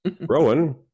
Rowan